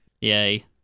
Yay